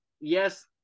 yes